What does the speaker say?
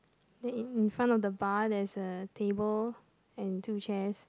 then in front of the bar there is a table and two chairs